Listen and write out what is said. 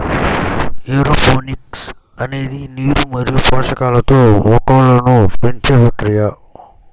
aeroponics అనేది నీరు మరియు పోషకాలతో మొక్కలను పెంచే ప్రక్రియ